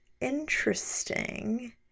interesting